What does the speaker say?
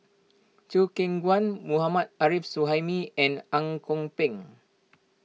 Chew Kheng Chuan Mohammad Arif Suhaimi and Ang Kok Peng